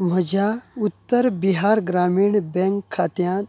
म्हज्या उत्तर बिहार ग्रामीण बँक खात्यांत